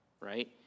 right